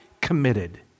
committed